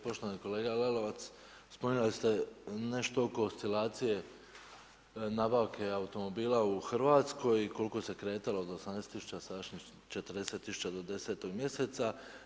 Poštovani kolega Lalovac, spominjali ste nešto oko oscilacije, nabavke automobila u Hrvatskoj i koliko se kretalo od 18000 sadašnjih, 40000 do 10. mjeseca.